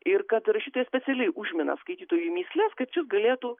ir kad rašytojas specialiai užmina skaitytojui mįsles kad šis galėtų